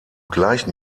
gleichen